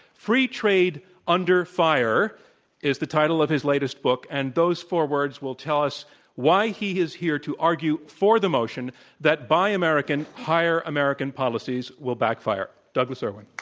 free trade under fire is the title of his latest book and those four words will tell us why he is here to argue for the motion that buy american hire american policies will backfire. douglas irwin.